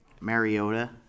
Mariota